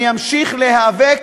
אני אמשיך להיאבק